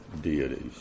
deities